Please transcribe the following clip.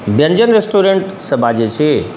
व्यञ्जन रेस्टोरेन्टसँ बाजै छी